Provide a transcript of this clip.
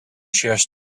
shares